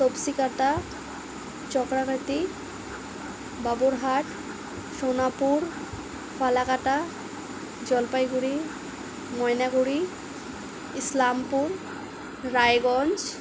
Topsikata Chakrakati Baburhat Sonapur Falakata Jalpaiguri Maynaguri Islampur Raiganj